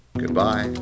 Goodbye